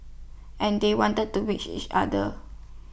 and they wanted to wish each other